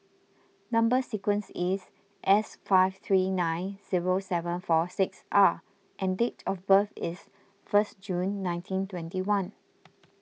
Number Sequence is S five three nine zero seven four six R and date of birth is first June nineteen twenty one